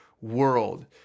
world